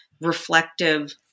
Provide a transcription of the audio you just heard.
reflective